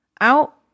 out